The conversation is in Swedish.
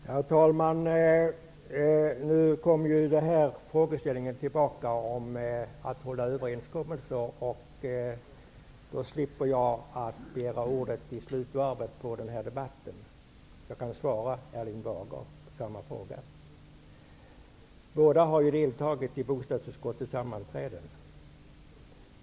Herr talman! Nu kommer åter denna frågeställning om att hålla överenskommelser upp. Då slipper jag att begära ordet i slutvarvet av denna debatt. Jag kan svara Erling Bager på samma fråga. Båda talarna som har ställt denna fråga till mig har deltagit i bostadsutskottets sammanträden.